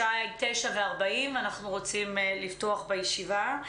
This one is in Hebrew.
השעה 9:40. אנחנו רוצים לפתוח בישיבה.